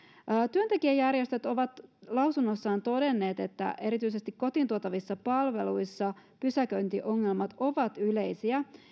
työntekijäjärjestöt ovat lausunnoissaan todenneet että erityisesti kotiin tuotavissa palveluissa pysäköintiongelmat ovat yleisiä